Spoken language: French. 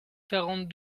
quarante